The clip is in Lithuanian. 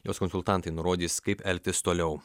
jos konsultantai nurodys kaip elgtis toliau